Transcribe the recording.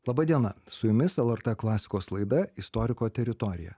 laba diena su jumis lrt klasikos laida istoriko teritorija